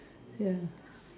ya